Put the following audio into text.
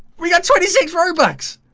we got twenty six roblox